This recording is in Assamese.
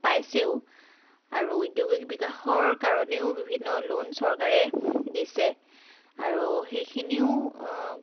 পাইছেও আৰু উদ্যোগিক বিকাশৰ কাৰণেও বিভিন্ন লোন চৰকাৰে দিছে আৰু সেইখিনিও